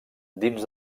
dins